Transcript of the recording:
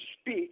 speak